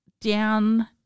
down